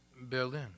Berlin